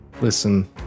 Listen